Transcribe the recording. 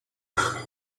before